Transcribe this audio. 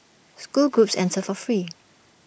school groups enter for free